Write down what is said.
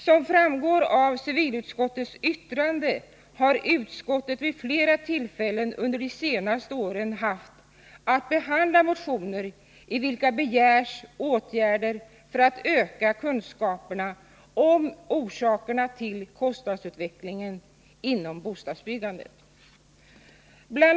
Som framgår av civilutskottets yttrande har utskottet vid flera tillfällen under de senaste åren haft att behandla motioner i vilka begärts åtgärder för att öka kunskaperna om orsakerna till kostnadsutvecklingen inom bostadsbyggandet. BI.